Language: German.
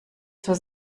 zur